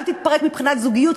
גם תתפרק מבחינת זוגיות,